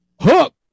Hook